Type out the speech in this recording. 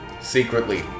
secretly